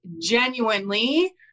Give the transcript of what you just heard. genuinely